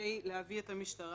כאן להעביר מסר אחר.